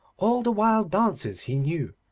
all the wild dances he knew,